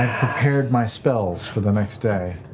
prepared my spells for the next day.